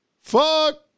Fuck